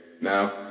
now